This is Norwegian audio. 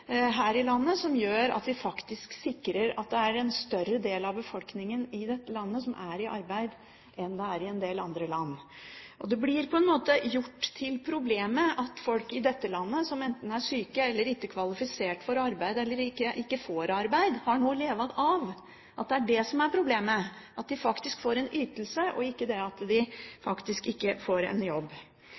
her i landet som faktisk sikrer at det er en større del av befolkningen som er i arbeid enn i en del andre land. Det blir på en måte gjort til et problem at folk i dette landet som enten er syke eller ikke er kvalifisert for arbeid eller ikke får arbeid, har noe å leve av. Det er det som er problemet, at de faktisk får en ytelse og ikke det at de faktisk ikke får en jobb.